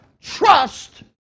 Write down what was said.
trust